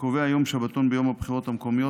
קובע יום שבתון ביום הבחירות המקומיות.